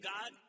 God